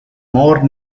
more